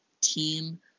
team